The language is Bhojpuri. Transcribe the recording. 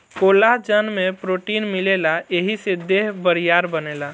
कोलाजन में प्रोटीन मिलेला एही से देह बरियार बनेला